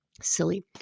Silly